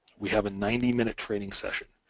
we have a ninety minute training session.